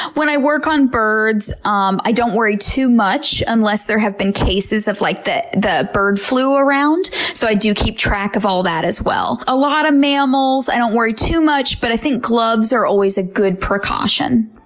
when i work on birds, um i don't worry too much unless there have been cases of like the the bird flu around. so i do keep track of all that as well. a lot of mammals, i don't worry too much, but i think gloves are always a good precaution.